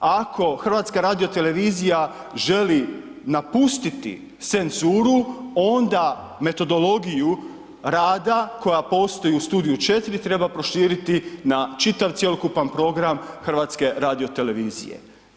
Ako HRT želi napustiti senssuru, onda metodologiju rada koja postoji u „Studiju 4“, treba proširiti na čitav cjelokupan program HRT-a.